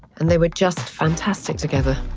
and they were just fantastic together.